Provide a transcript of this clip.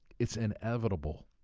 it's inevitable.